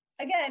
again